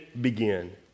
begin